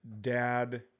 dad